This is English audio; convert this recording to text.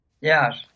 Yes